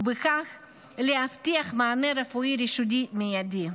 ובכך להבטיח מענה רפואי ראשוני מיידי.